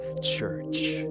church